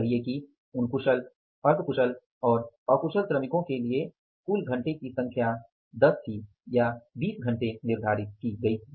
कहिये उन कुशल अर्ध कुशल और अकुशल श्रमिकों के लिए कुल घंटे की संख्या 10 घंटे या 20 घंटे निर्धारित की गई थी